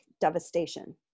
devastation